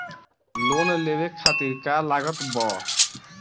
Loan लेवे खातिर का का लागत ब?